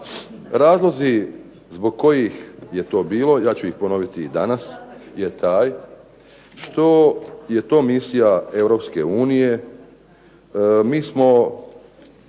Razlozi zbog kojih je to bilo, ja ću ih ponoviti i danas, je taj što je to misija